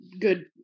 good